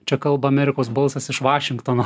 čia kalba amerikos balsas iš vašingtono